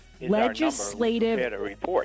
legislative